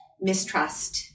mistrust